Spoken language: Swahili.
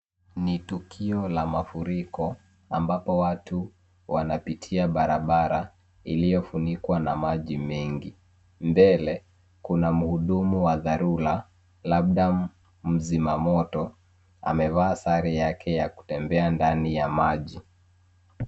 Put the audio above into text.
Ni tukio la mafuriko ambapo watu wanapitia barabara iliyofunikwa na maji mengi. Mbele kuna mhudumu wa dharura, labda mzima moto amevaa sare yake ya kutembea ndani ya maji.